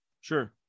Sure